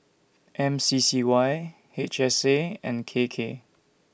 M C C Y H S A and K K